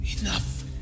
Enough